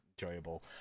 enjoyable